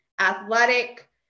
athletic